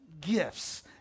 gifts